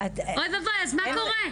אז מה קורה?